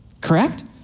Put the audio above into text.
Correct